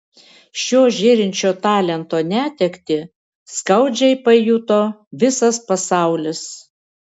šio žėrinčio talento netektį skaudžiai pajuto visas pasaulis